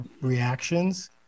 reactions